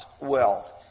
wealth